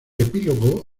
epílogo